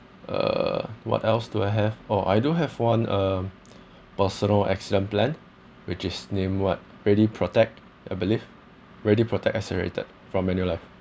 ugh what else do I have or I do have one um personal accident plan which is named what ready protect I believe ready protect accelerated from manulife